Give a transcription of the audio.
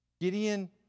Gideon